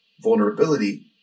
vulnerability